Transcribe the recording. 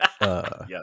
yes